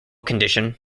condition